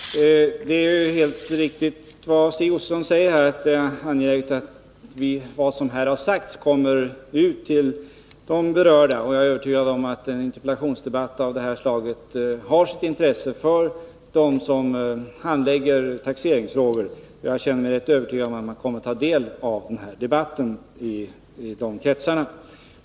Fru talman! Bara ett par korta kommentarer. Det är ju helt riktigt, som Stig Josefson säger, att det är angeläget att vad som här har sagts kommer ut till de berörda, och jag är övertygad om att en interpellationsdebatt av det här slaget har sitt intresse för dem som handlägger taxeringsfrågor. Jag känner mig rätt övertygad om att man i de kretsarna kommer att ta del av den här debatten.